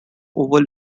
oval